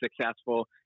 successful